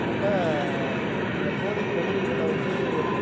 அப்போ அந்த கோழி கழிவுகள வந்து